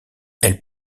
elle